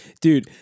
dude